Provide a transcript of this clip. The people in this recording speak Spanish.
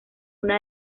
una